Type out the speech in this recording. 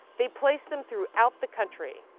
they placed them throughout the country.